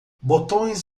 botões